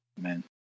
Man